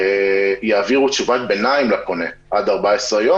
יעבירו תשובת ביניים לפונה עד 14 יום